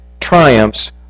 triumphs